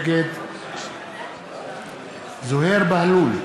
נגד זוהיר בהלול,